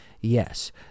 Yes